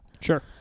sure